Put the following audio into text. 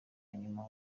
nyuma